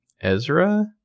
Ezra